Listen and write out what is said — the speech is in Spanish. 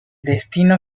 destino